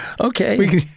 Okay